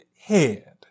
head